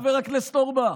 חבר הכנסת אורבך,